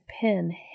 pin